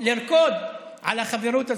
לרקוד על החברות הזאת.